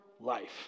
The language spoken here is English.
life